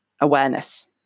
awareness